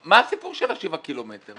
מה הסיפור של שבעה הקילומטרים,